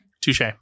Touche